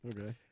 Okay